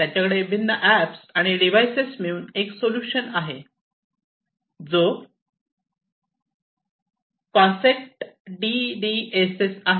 त्यांच्याकडे भिन्न अॅप्स आणि डिव्हाइस मिळून एक सोल्यूशन आहे जो कॉन्सेक्स्ट डीडीएस आहे